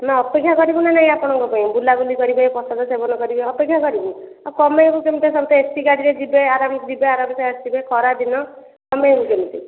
ନା ଅପେକ୍ଷା କରିବୁ ନା ନାହିଁ ଆପଣଙ୍କ ପାଇଁ ବୁଲାବୁଲି କରିବେ ପ୍ରସାଦ ସେବନ କରିବେ ଅପେକ୍ଷା କରିବୁ ଆଉ କମେଇବୁ କେମିତିକା ସବୁ ତ ଏସି ଗାଡ଼ିରେ ଯିବେ ଆରାମରେ ଯିବେ ଆରାମସେ ଆସିବେ ଖରାଦିନ କମେଇବୁ କେମିତି